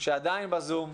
שעדיין בזום,